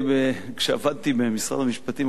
כשעבדתי במשרד המשפטים,